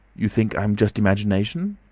you think i'm just imagination?